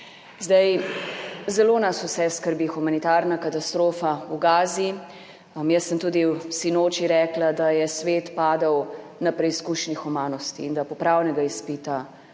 Zelo nas vse skrbi humanitarna katastrofa v Gazi. Jaz sem tudi sinoči rekla, da je svet padel na preizkušnji humanosti in da popravnega izpita